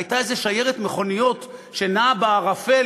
הייתה איזו שיירת מכוניות שנעה בערפל